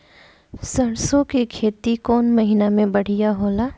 सरसों के खेती कौन महीना में बढ़िया होला?